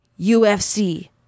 UFC